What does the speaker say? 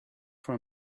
for